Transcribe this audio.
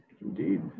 Indeed